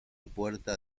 puerta